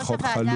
זהו חוק חלול,